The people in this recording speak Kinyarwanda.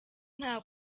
nta